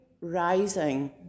rising